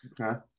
Okay